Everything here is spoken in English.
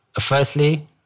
firstly